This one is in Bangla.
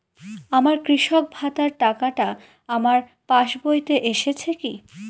আমার কৃষক ভাতার টাকাটা আমার পাসবইতে এসেছে কি?